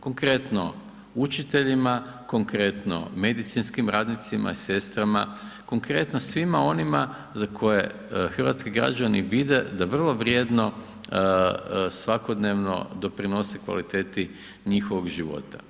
Konkretno, učiteljima, konkretno, medicinskim radnicima, sestrama, konkretno svima onima za koje hrvatski građani vide da vrlo vrijedno svakodnevno doprinose kvaliteti njihovog života.